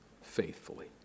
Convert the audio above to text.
faithfully